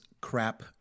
crap